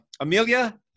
Amelia